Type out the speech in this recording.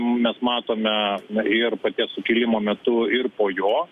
mes matome ir paties sukilimo metu ir po jo